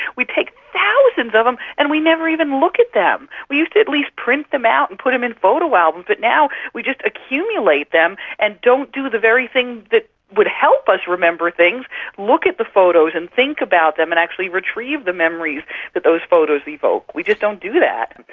we take thousands of them and we never even look them. we used to at least print them out and put them in a photo album, but now we just accumulate them and don't do the very thing that would help us remember things look at the photos and think about them and actually retrieve the memories that those photos evoke. we just don't do that.